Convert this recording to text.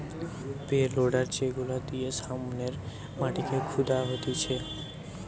pay loader যেগুলা দিয়ে সামনের মাটিকে খুদা হতিছে